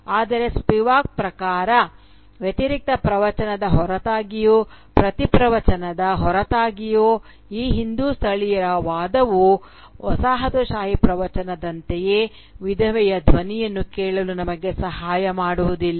ಆದರೆ ಸ್ಪಿವಾಕ್ ಪ್ರಕಾರ ವ್ಯತಿರಿಕ್ತ ಪ್ರವಚನದ ಹೊರತಾಗಿಯೂ ಪ್ರತಿ ಪ್ರವಚನದ ಹೊರತಾಗಿಯೂ ಈ ಹಿಂದೂ ಸ್ಥಳೀಯರ ವಾದವೂ ವಸಾಹತುಶಾಹಿ ಪ್ರವಚನದಂತೆಯೇ ವಿಧವೆಯ ಧ್ವನಿಯನ್ನು ಕೇಳಲು ನಮಗೆ ಸಹಾಯ ಮಾಡುವುದಿಲ್ಲ